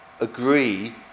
agree